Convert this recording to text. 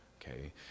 okay